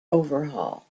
overhaul